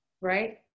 right